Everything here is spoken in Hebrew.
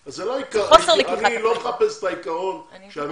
זה חוסר לקיחת אחריות.